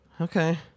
Okay